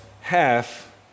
half